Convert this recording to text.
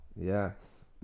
yes